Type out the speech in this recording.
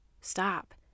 stop